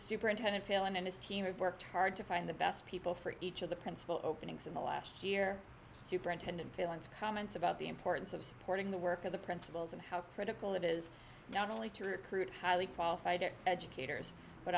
the superintendent failon and his team have worked hard to find the best people for each of the principal openings in the last year superintendent feelings comments about the importance of supporting the work of the principals and how critical it is not only to recruit highly qualified educators